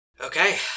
Okay